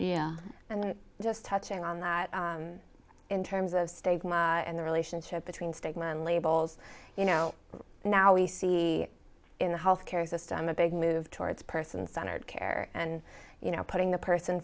on and just touching on that in terms of state and the relationship between stigma and labels you know now we see in the health care system a big move towards person centered care and you know putting the person